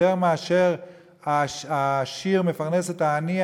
שיותר משהעשיר מפרנס את העני,